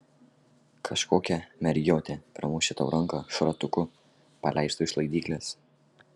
kažkokia mergiotė pramušė tau ranką šratuku paleistu iš laidyklės